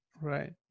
Right